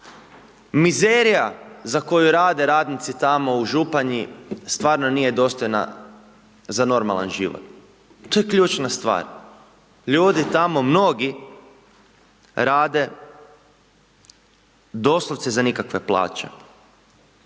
Mizerija za koju rade radnici tamo u Županji, stvarno nije dostojna za normalan život. To je ključna stvar. Ljudi tamo mnogi rade, doslovce za nikakve plaće.